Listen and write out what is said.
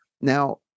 now